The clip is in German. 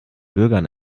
bürgern